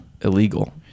Illegal